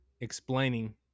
explaining